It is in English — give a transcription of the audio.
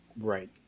Right